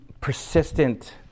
persistent